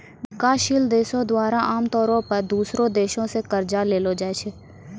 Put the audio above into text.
विकासशील देशो द्वारा आमतौरो पे दोसरो देशो से कर्जा लेलो जाय छै